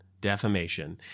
defamation